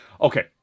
Okay